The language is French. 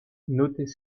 notez